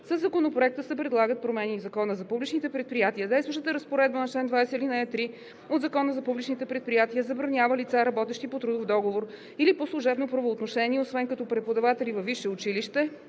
Със Законопроекта се предлагат промени и в Закона за публичните предприятия. Действащата разпоредба на чл. 20, ал. 3 от Закона за публичните предприятия забранява лица, работещи по трудов договор или по служебно правоотношение, освен като преподаватели във висше училище,